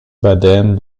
baden